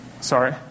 Sorry